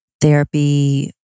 therapy